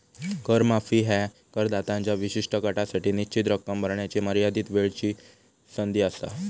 कर माफी ह्या करदात्यांच्या विशिष्ट गटासाठी निश्चित रक्कम भरण्याची मर्यादित वेळची संधी असा